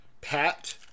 Pat